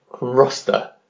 Roster